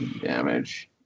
damage